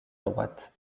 droite